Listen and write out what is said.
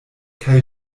kaj